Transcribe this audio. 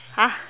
!huh!